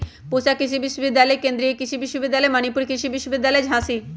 पूसा कृषि विश्वविद्यालय, केन्द्रीय कृषि विश्वविद्यालय मणिपुर, कृषि विश्वविद्यालय झांसी